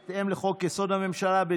לחוק-יסוד: הממשלה,